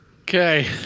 Okay